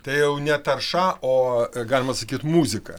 tai jau ne tarša o galima sakyt muzika